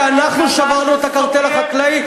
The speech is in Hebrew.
שאנחנו שברנו את הקרטל החקלאי?